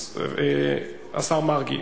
השר מרגי.